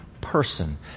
person